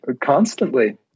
Constantly